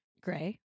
Gray